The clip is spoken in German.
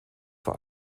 vor